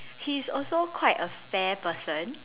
he's also quite a fair person